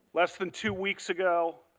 less than two weeks ago,